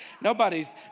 Nobody's